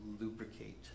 lubricate